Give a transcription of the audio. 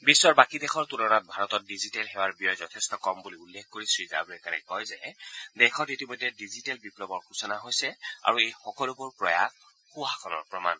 বিধৰ বাকী দেশৰ তুলনাত ভাৰতত ডিজিটেল সেৱাৰ ব্যয় যথেষ্ট কম বুলি উল্লেখ কৰি শ্ৰীজাৰড়েকাৰে কয় যে দেশত ইতিমধ্যে ডিজিটেল বিপ্লৱৰ সূচনা হৈছে আৰু এই সকলোবোৰ প্ৰয়াস সুশাসনৰ প্ৰমাণ